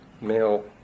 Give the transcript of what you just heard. male